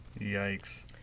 Yikes